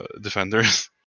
defenders